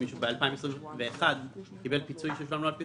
אם מישהו ב-2021 קיבל פיצוי ששולם לו על פי